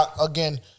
Again